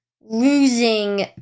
losing